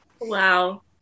Wow